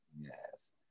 Yes